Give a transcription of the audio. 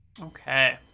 Okay